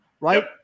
right